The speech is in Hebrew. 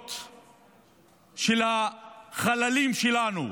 קברות של החללים שלנו,